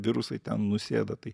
virusai ten nusėda tai